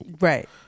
Right